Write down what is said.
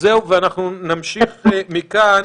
אז זהו, ונמשיך מכאן.